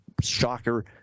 shocker